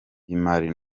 y’imari